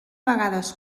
vegades